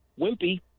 wimpy